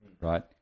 right